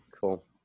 Cool